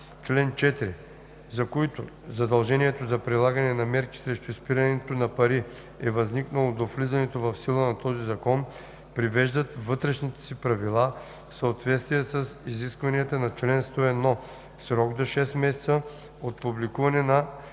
чл. 4, за които задължението за прилагане на мерки срещу изпирането на пари е възникнало до влизането в сила на този закон, привеждат вътрешните си правила в съответствие с изискванията на чл. 101 в срок до шест месеца от публикуването на